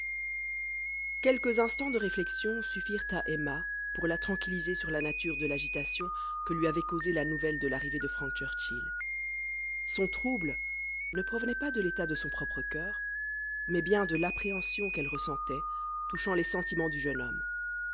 quelques instants de réflexion suffirent à emma pour la tranquilliser sur la nature de l'agitation que lui avait causée la nouvelle de l'arrivée de frank churchill son trouble ne provenait pas de l'état de son propre cœur mais bien de l'appréhension qu'elle ressentait touchant les sentiments du jeune homme